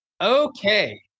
Okay